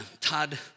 todd